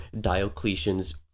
Diocletian's